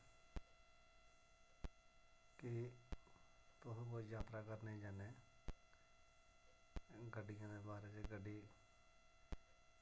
के तोह कुत्थें जात्तरा करने ई जन्ने गड्डियां दे बारे च गड्डी